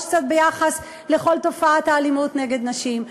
קצת ביחס לכל תופעת האלימות נגד נשים?